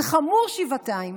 זה חמור שבעתיים.